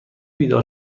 بیدار